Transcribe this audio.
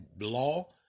law